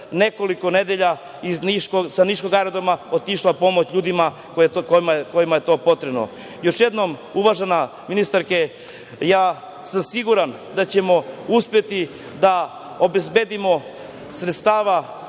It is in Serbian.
nekoliko nedelja sa niškog Aerodroma otišla pomoć ljudima kojima je potrebna. Još jednom, uvažena ministarko, siguran sam da ćemo uspeti da obezbedimo sredstva